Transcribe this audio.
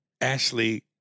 Ashley